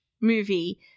movie